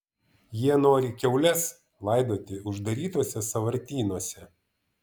jie nori kiaules laidoti uždarytuose sąvartynuose